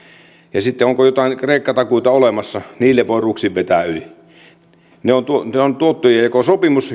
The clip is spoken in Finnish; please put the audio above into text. ja sitten onko joitain kreikka takuita olemassa niille voi ruksin vetää yli se on tuottojenjakosopimus